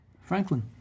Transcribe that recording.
Franklin